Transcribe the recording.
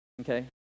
okay